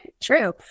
True